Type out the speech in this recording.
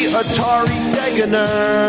atari sega nerd!